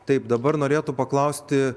taip dabar norėtų paklausti